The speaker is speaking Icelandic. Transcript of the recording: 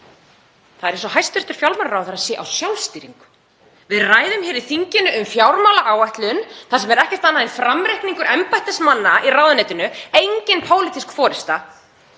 Það er eins og hæstv. fjármálaráðherra sé á sjálfstýringu. Við ræðum hér í þinginu um fjármálaáætlun þar sem er ekkert annað en framreikningur embættismanna í ráðuneytinu. Engin pólitísk forysta.